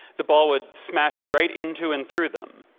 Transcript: the ball would smash right into and through them,